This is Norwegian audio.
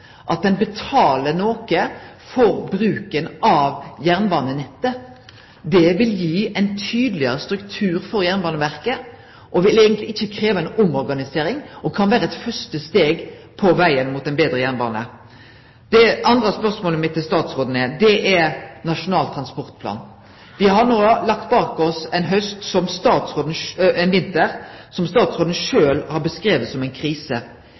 at ein betaler noko for bruken av jernbanenettet. Det vil gi ein tydelegare struktur for Jernbaneverket og vil eigentleg ikkje krevje ein omorganisering. Det kan vere eit første steg på vegen mot ein betre jernbane. Det andre spørsmålet mitt til statsråden gjeld Nasjonal transportplan. Vi har no lagt bak oss ein vinter som statsråden sjølv har skildra som ei krise. Vil dei løyvingane som